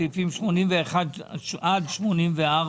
סעיפים 81-94,